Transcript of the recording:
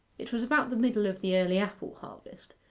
it was about the middle of the early apple-harvest,